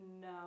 No